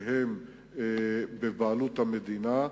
שהן בבעלות המדינה,